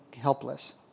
helpless